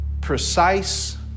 precise